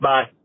Bye